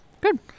Good